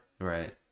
Right